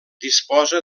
disposa